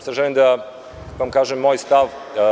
Sada želim da vam kažem svoj stav.